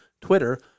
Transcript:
Twitter